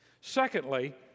Secondly